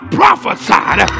prophesied